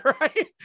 right